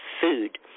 food